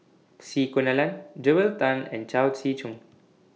C Kunalan Joel Tan and Chao Tzee Cheng